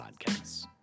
podcasts